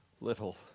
little